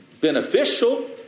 beneficial